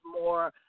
more